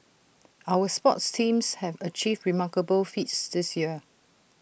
our sports teams have achieved remarkable feats this year